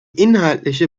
inhaltliche